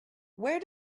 where